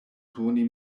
turni